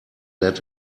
let